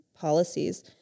policies